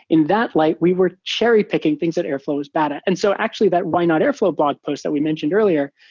in that light, we were cherry picking things that airflow is bad at. and so actually, that why not airflow blog post that we mentioned earlier,